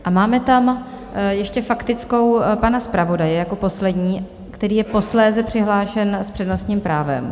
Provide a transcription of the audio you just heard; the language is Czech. A máme tam ještě faktickou pana zpravodaje jako poslední, který je posléze přihlášen s přednostním právem.